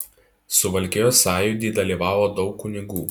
suvalkijos sąjūdy dalyvavo daug kunigų